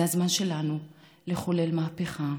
זה הזמן שלנו לחולל מהפכה.